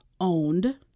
owned